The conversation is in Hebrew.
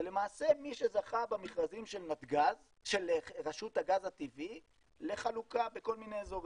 למעשה מי שזכה במכרזים של רשות הגז הטבעי לחלוקה בכל מיני אזורים.